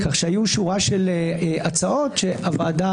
כך שהיו שורה של הצעות שהוועדה,